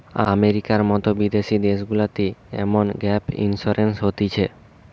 আমেরিকার মতো বিদেশি দেশগুলাতে এমন গ্যাপ ইন্সুরেন্স হতিছে